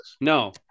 No